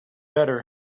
better